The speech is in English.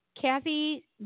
Kathy